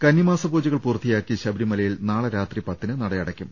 കന്നിമാസ പൂജകൾ പൂർത്തിയാക്കി ശബരിമലയിൽ നാളെ രാത്രി പത്തിന് നട അടക്കും